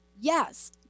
yes